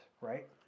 right